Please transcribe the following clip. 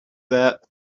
that